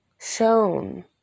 shown